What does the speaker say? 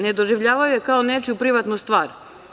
Ne doživljavaju je kao nečiju privatnu stvar.